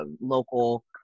local